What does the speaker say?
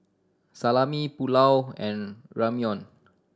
Salami Pulao and Ramyeon